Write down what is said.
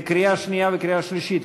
לקריאה שנייה וקריאה שלישית,